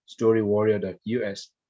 storywarrior.us